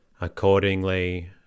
Accordingly